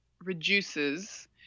reduces